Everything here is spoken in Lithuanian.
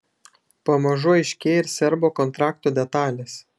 pamažu aiškėja ir serbo kontrakto detalės